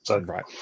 right